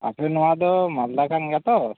ᱟᱯᱮ ᱱᱚᱣᱟ ᱫᱚ ᱢᱟᱞᱫᱟ ᱠᱟᱱ ᱜᱮᱭᱟ ᱛᱚ